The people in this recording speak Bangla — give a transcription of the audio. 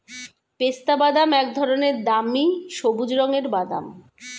পেস্তাবাদাম এক ধরনের দামি সবুজ রঙের বাদাম